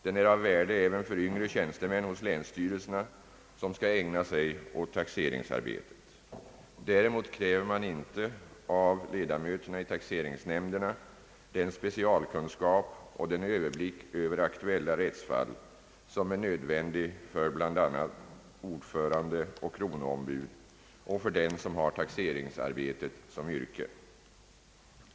Den är av värde även för yngre tjänstemän hos länsstyrelserna som skall ägna sig åt taxeringsarbetet. Däremot kräver man inte av ledamöterna i taxeringsnämnderna den specialkunskap och den överblick över aktuella rättsfall som är nödvändig för bl.a. ordförande och kronoombud och för den som har taxeringsarbetet som yrke.